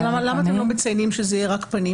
אז למה אתם לא מציינים שזה יהיה רק פנים?